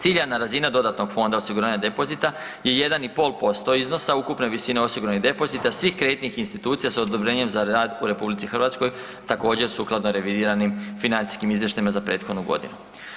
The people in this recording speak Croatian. Ciljanja razina dodatnog fonda osiguranja depozita je 1,5% iznosa ukupne visine osiguranih depozita svih kreditnih institucija s odobrenjem za rad u RH također sukladno revidiranim financijskim izvještajima za prethodnu godinu.